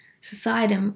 Society